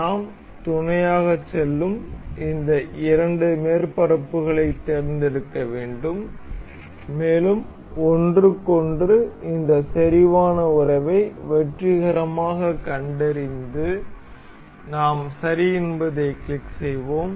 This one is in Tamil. நாம் துணையாகச் செல்லும் இந்த இரண்டு மேற்பரப்புகளைத் தேர்ந்தெடுக்க வேண்டும் மேலும் ஒன்றுக்கொன்று இந்த செறிவான உறவை வெற்றிகரமாக கண்டறிந்து நாம் சரி என்பதைக் கிளிக் செய்வோம்